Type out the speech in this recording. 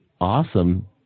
awesome